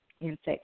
insects